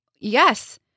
Yes